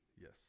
yes